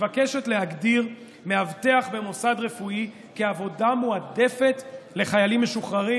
מבקשת להגדיר מאבטח במוסד רפואי כעבודה מועדפת לחיילים משוחררים,